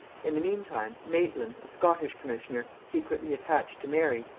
in the mean time maitland, a scottish commissioner secretly attached to mary,